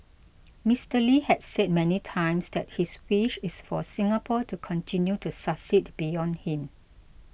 Mister Lee had said many times that his wish is for Singapore to continue to succeed beyond him